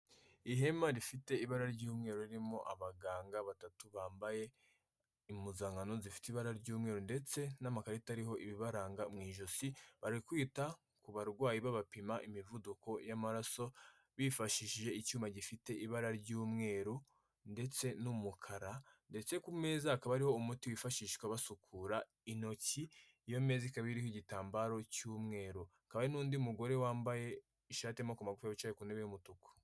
Ihema rifite ibara ry'umweru ririmo abaganga batatu bambaye impuzankano zifite ibara ry'umweru ndetse n'amakarita ariho ibibaranga mw’ijosi, bari kwita ku barwayi babapima imivuduko y'amaraso, bifashishije icyuma gifite ibara ry'umweru, ndetse n'umukara ndetse ku meza hakaba hariho umuti wifashishwa basukura intoki. Iyo meza ikaba iriho igitambaro cy'umweru. Hakaba hari n'undi mugore wambaye ishati y’amaboko magufi yicaye ku ntebe y'umutuku.